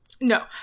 No